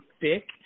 thick